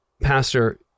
pastor